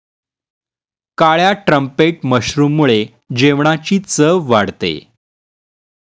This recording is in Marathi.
काळ्या ट्रम्पेट मशरूममुळे जेवणाची चव वाढते